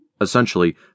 Essentially